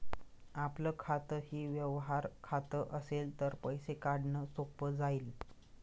आपलं खातंही व्यवहार खातं असेल तर पैसे काढणं सोपं जाईल